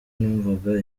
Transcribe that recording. numvaga